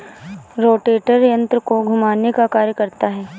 rotator यन्त्र को घुमाने का कार्य करता है